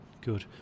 good